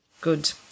Good